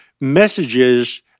messages